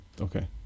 Okay